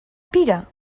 pira